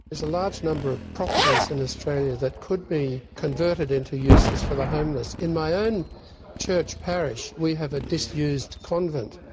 there's a large number of properties in australia that could be converted into uses for the homeless. in my own church parish we have a disused convent,